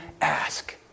ask